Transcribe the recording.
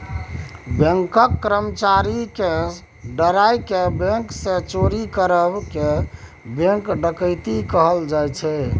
बैंकक कर्मचारी केँ डराए केँ बैंक सँ चोरी करब केँ बैंक डकैती कहल जाइ छै